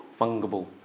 fungible